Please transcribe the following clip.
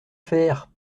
faire